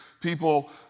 people